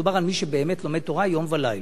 מדובר על מי שבאמת לומד תורה יום ולילה,